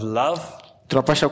love